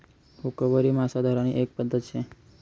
हुकवरी मासा धरानी एक पध्दत शे